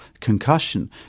concussion